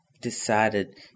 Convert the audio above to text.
decided